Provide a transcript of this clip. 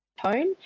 tone